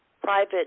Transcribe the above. private